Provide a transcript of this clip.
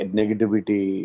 negativity